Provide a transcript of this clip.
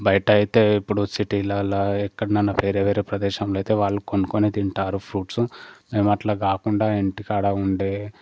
బయట అయితే ఇప్పుడు సిటీలల్లో అక్కడ మన వేరే వేరే ప్రదేశంలో అయితే వాళ్ళు కొనుక్కొనే తింటారు ఫ్రూట్సు మేం అట్ల కాకుండా ఇంటికాడ ఉండే